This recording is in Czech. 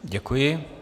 Děkuji.